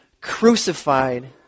crucified